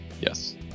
Yes